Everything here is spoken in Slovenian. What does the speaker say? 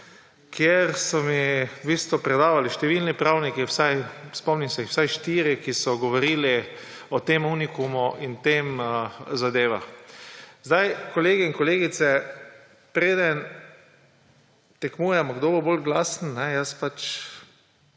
kjer so mi v bistvu predavali številni pravniki. Spomnim se vsaj štiri, ki so govorili o tem unikumu in o teh zadevah. Kolegi in kolegice, preden tekmujemo, kdo bo bolj glasen, glas je nekaj